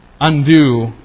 undo